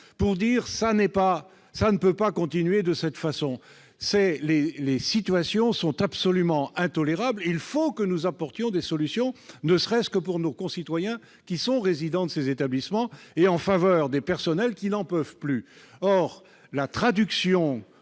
que cela ne pouvait pas continuer ainsi. Les situations sont absolument intolérables et il faut que nous apportions des solutions, ne serait-ce que pour nos concitoyens qui sont résidents de ces établissements et pour les personnels, qui n'en peuvent plus. Or la traduction